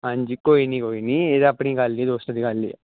ਹਾਂਜੀ ਕੋਈ ਨਹੀਂ ਕੋਈ ਨਹੀਂ ਇਹ ਤਾਂ ਆਪਣੀ ਗੱਲ ਹੀ ਦੋਸਤਾਂ ਦੀ ਗੱਲ ਹੈ